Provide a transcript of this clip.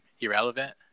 irrelevant